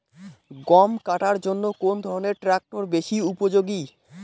গম কাটার জন্য কোন ধরণের ট্রাক্টর বেশি উপযোগী?